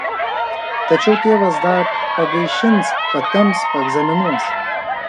tačiau tėvas dar pagaišins patemps paegzaminuos